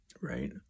right